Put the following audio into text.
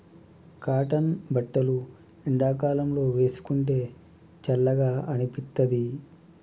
cotton బట్టలు ఎండాకాలం లో వేసుకుంటే చల్లగా అనిపిత్తది